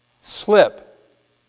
Slip